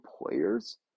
players